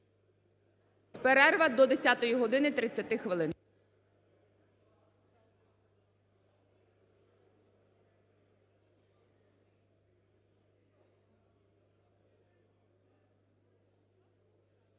Перерва до 10 години 30 хвилин.